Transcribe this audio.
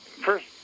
first